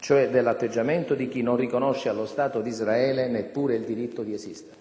cioè dell'atteggiamento di chi non riconosce allo Stato di Israele neppure il diritto di esistere.